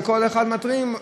וכל אחד מתרים.